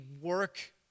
work